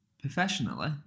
professionally